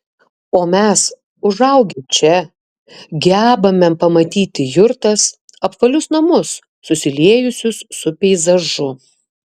o mes užaugę čia gebame pamatyti jurtas apvalius namus susiliejusius su peizažu